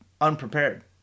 unprepared